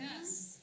Yes